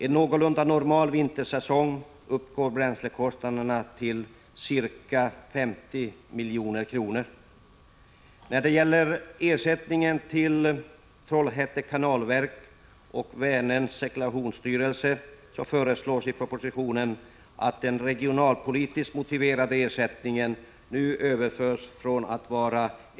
En någorlunda normal vintersäsong uppgår bränslekostnaderna till ca 50 milj.kr. När det gäller ersättningen till Trollhätte kanalverk och Vänerns segla bli ett ansvarstagande för staten.